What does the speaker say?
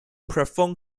perform